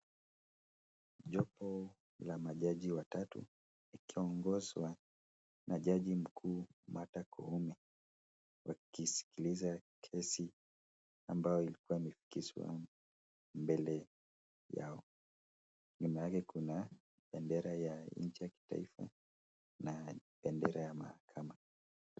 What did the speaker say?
Jopo la majaji watatu wakiongozwa na jaji mkuu Martha Koome wakisikiliza kesi ambao ilikuwa imefikishwa mbele Yao. Mbele Yao Kuna bendera ya nchi ya kitaifa na bendera ya mahakama.